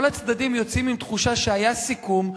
כל הצדדים יוצאים בתחושה שהיה סיכום.